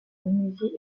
menuisier